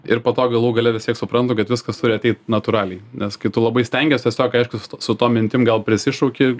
ir po to galų gale vis tiek suprantu kad viskas turi ateit natūraliai nes kai tu labai stengies tiesiog aišku su tom mintim gal prisišauki